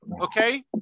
okay